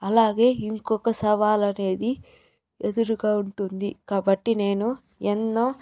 అలాగే ఇంకొక సవాలనేది ఎదురుగా ఉంటుంది కాబట్టి నేను ఎన్నో